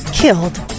killed